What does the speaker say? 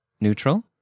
Neutral